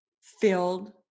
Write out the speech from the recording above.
filled